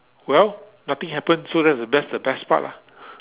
well nothing happen so that's the best the best part lah